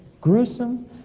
gruesome